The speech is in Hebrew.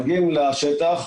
שמגיעים לשטח,